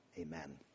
Amen